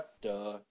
duh